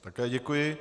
Také děkuji.